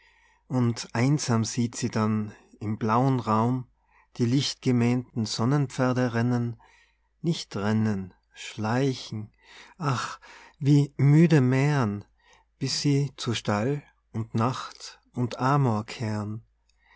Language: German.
und einsam sieht sie dann im blauen raum die lichtgemähnten sonnenpferde rennen nicht rennen schleichen ach wie müde mähren bis sie zu stall und nacht und amor kehren